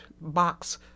box